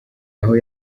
aho